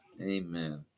Amen